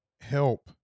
help